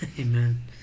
Amen